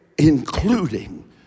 including